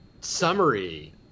summary